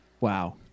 Wow